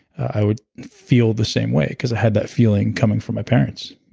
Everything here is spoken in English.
i would feel the same way because i had that feeling coming from my parents,